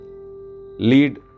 lead